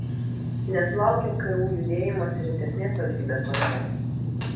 nesulaukė ku judėjimas ir rimtesnės valstybės paramos